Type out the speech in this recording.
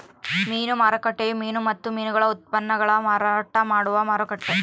ಮೀನು ಮಾರುಕಟ್ಟೆಯು ಮೀನು ಮತ್ತು ಮೀನು ಉತ್ಪನ್ನಗುಳ್ನ ಮಾರಾಟ ಮಾಡುವ ಮಾರುಕಟ್ಟೆ